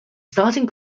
starting